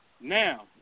Now